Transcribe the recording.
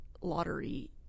lottery